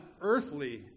earthly